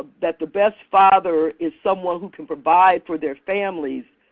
that the best father is someone who can provide for their families,